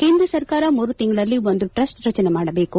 ಕೇಂದ್ರ ಸರ್ಕಾರ ಮೂರು ತಿಂಗಳಲ್ಲಿ ಒಂದು ಟ್ರಸ್ಟ್ ರಚನೆ ಮಾಡಬೇಕು